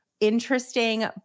interesting